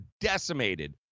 decimated